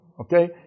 okay